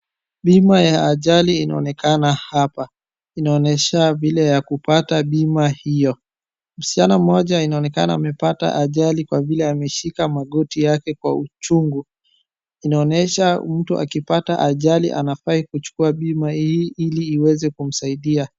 Bima ya ajali inaonekana hapa, inaonyesha vile ya kupata bima hio. Msichana mmoja inaonekana amepata ajali kwa vile ameshika magoti yake kwa uchungu. Inaonyesha mtu akipata ajali anafaa kuchukua bima hii ili iweze kumsaidia.